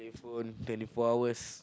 phone twenty four hours